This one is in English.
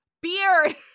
beard